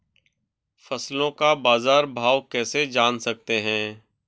फसलों का बाज़ार भाव कैसे जान सकते हैं?